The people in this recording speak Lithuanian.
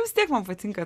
vis tiek man patinka